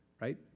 right